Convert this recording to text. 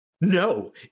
no